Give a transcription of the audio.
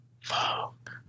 Fuck